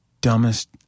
dumbest